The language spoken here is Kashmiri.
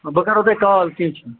بہٕ کَرہو تۄہہِ کال کیٚنٛہہ چھُنہٕ